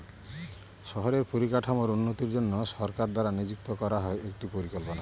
শহরের পরিকাঠামোর উন্নতির জন্য সরকার দ্বারা নিযুক্ত করা হয় একটি পরিকল্পনা